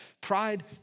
pride